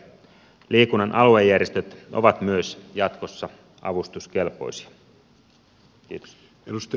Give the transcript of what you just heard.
liikunnan aluejärjestöt ovat myös jatkossa avustuskelpoisia